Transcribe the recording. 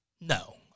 No